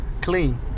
clean